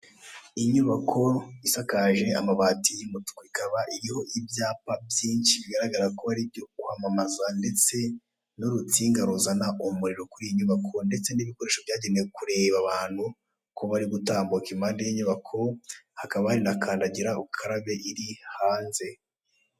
Inyubako isakaje amabati y'umutuku ikaba iriho ibyapa byinshi bigaragara ko ari ibyo kwamamaza ndetse n'urutsinga ruzana umuriro kuri iyi nyubako ndetse n'ibikoresho byagenewe kureba abantu ko bari gutambuka impande y'inyubako, hakaba hari na kandagira ukarabe iri hanze.